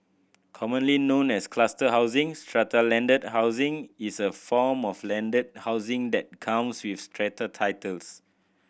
commonly known as cluster housing strata landed housing is a form of landed housing that comes with strata titles